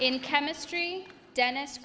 in chemistry dennis